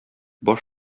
баш